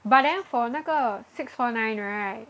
but then for 那个 six four nine right